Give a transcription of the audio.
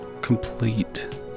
complete